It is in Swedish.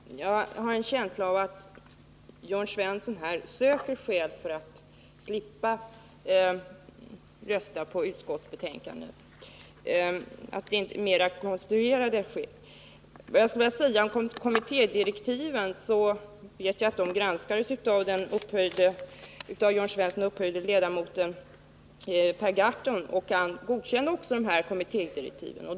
Herr talman! Jag har en känsla av att Jörn Svensson här söker synpunkter för att slippa rösta för utskottets hemställan och att hans skäl sålunda är ganska konstruerade. Beträffande kommittédirektiven vet jag att de granskades av den av Jörn Svensson hyllade ledamoten Per Gahrton. Denne godkände också kommittédirektiven.